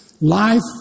Life